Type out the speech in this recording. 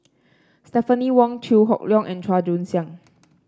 Stephanie Wong Chew Hock Leong and Chua Joon Siang